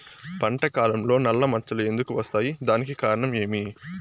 పంట కాలంలో నల్ల మచ్చలు ఎందుకు వస్తాయి? దానికి కారణం ఏమి?